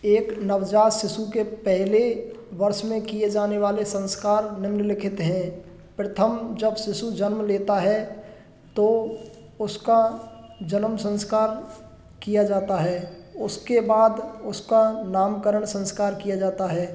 एक नवजात शिशु के पहले वर्ष में किए जाने वाले संस्कार निम्नलिखित हैं प्रथम जब शिशु जन्म लेता है तो उसका जन्म संस्कार किया जाता है उसके बाद उसका नामकरण संस्कार किया जाता है